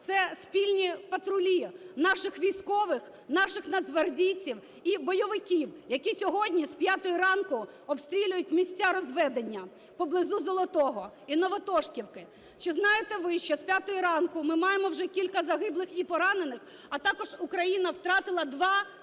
це спільні патрулі наших військових, наших нацгвардійців і бойовиків, які сьогодні з п'ятої ранку обстрілюють місця розведення поблизу Золотого і Новотошківки. Чи знаєте ви, що з п'ятої ранку ми маємо вже кілька загиблих і поранених, а також Україна втратила два наших